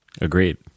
agreed